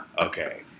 okay